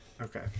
Okay